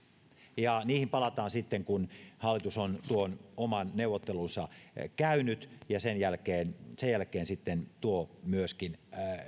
ja niihin palataan sitten kun hallitus on tuon oman neuvottelunsa käynyt ja sen jälkeen sen jälkeen sitten tuo myöskin